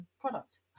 product